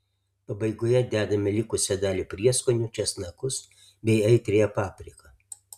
pabaigoje dedame likusią dalį prieskonių česnakus bei aitriąją papriką